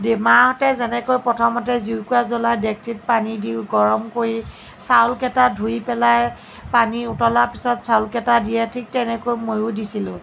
মাহঁতে যেনেকৈ প্ৰথমতে জুইকুৰা জ্বলাই ডেক্সিত পানী দিও গৰম কৰি চাউল কেইটা ধুই পেলাই পানী উতলাৰ পিছত চাউল কেইটা দিয়ে ঠিক তেনেকৈ মইয়ো দিছিলোঁ